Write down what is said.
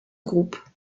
groupe